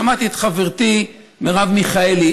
שמעתי את חברתי מרב מיכאלי,